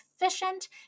efficient